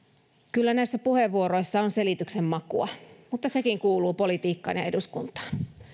kyllä näissä puheenvuoroissa on selityksen makua mutta sekin kuuluu politiikkaan ja eduskuntaan